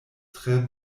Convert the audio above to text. tre